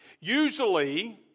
Usually